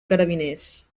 carabiners